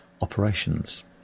operations